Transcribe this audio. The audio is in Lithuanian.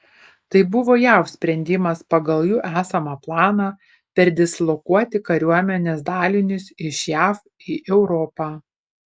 tai buvo jav sprendimas pagal jų esamą planą perdislokuoti kariuomenės dalinius iš jav į europą